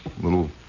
little